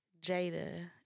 Jada